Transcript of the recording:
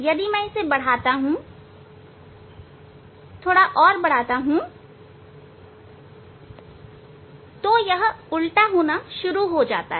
यदि मैं इसे बढ़ाता हूं और बढ़ाता हूं तो यह उल्टा होना शुरू हो जाता है